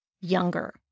younger